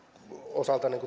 osalta